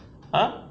!huh!